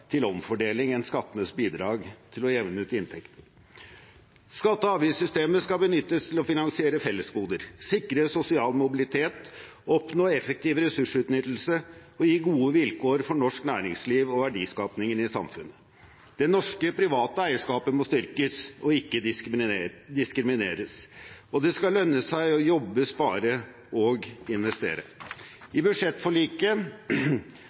til omfordeling enn skattenes bidrag til å jevne ut inntektene. Skatte- og avgiftssystemet skal benyttes til å finansiere fellesgoder, sikre sosial mobilitet, oppnå effektiv ressursutnyttelse og gi gode vilkår for norsk næringsliv og verdiskapingen i samfunnet. Det norske private eierskapet må styrkes – ikke diskrimineres. Det skal lønne seg å jobbe, spare og investere.